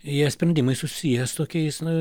jie sprendimai susiję su tokiais na